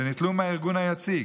שניטלו מהארגון היציג.